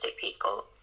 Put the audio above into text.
people